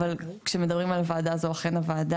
אבל, כשמדברים על הוועדה הזו, אכן הוועדה.